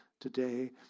today